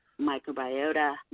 microbiota